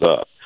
up